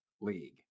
league